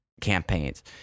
campaigns